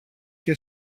και